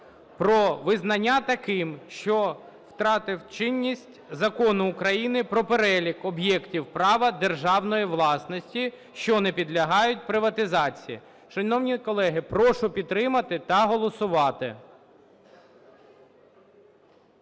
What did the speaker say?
про визнання таким, що втратив чинність, Закон України "Про перелік об’єктів права державної власності, що не підлягають приватизації". Шановні колеги, прошу підтримати та голосувати.